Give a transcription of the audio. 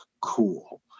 cool